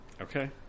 Okay